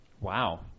Wow